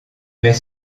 mais